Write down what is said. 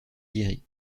guéri